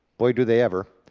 boy do they ever.